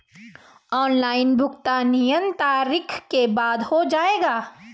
Online भुगतान नियत तारीख के बाद हो जाएगा?